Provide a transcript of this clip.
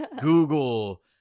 google